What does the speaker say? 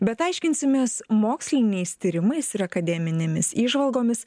bet aiškinsimės moksliniais tyrimais ir akademinėmis įžvalgomis